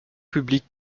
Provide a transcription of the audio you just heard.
publics